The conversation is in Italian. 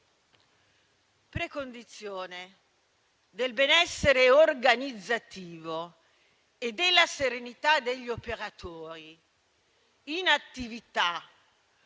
Precondizione del benessere organizzativo e della serenità degli operatori in attività